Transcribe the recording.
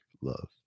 love